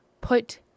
put